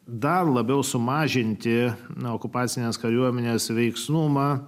dar labiau sumažinti nuo okupacinės kariuomenės veiksnumą